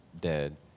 dead